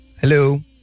Hello